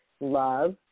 love